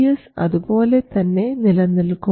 VGS അതുപോലെതന്നെ നിലനിൽക്കും